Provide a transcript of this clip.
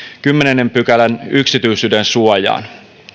kymmenennen pykälän yksityisyydensuojaan